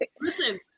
listen